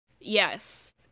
Yes